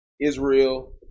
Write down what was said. Israel